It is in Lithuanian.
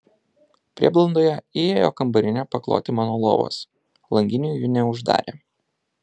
prieblandoje įėjo kambarinė pakloti man lovos langinių jį neuždarė